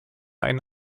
einen